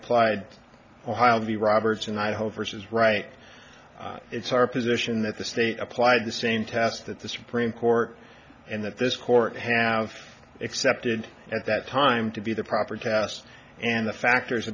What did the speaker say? applied or have the roberts and i hope versus right it's our position that the state applied the same test that the supreme court and that this court have accepted at that time to be the proper cast and the factors